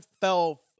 fell